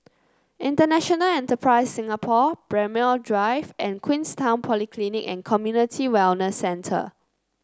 International Enterprise Singapore Braemar Drive and Queenstown Polyclinic and Community Wellness Centre